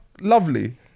lovely